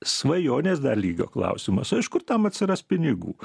svajonės dar lygio klausimas o iš kur tam atsiras pinigų